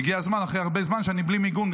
הגיע הזמן, אחרי הרבה זמן שאני בעצמי בלי מיגון.